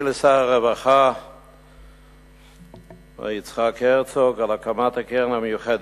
לשר הרווחה מר יצחק הרצוג על הקמת הקרן המיוחדת.